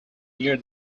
near